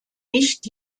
nicht